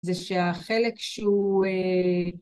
זה שהחלק שהוא